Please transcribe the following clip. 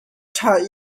ṭha